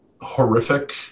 horrific